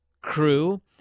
crew